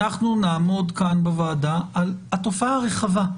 אנחנו נעמוד כאן בוועדה על התופעה הרחבה.